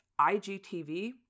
IGTV